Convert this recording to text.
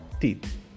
teeth